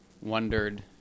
wondered